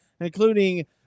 including